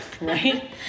Right